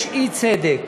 יש אי-צדק,